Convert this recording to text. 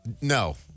No